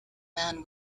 man